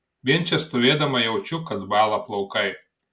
vien čia stovėdama jaučiu kad bąla plaukai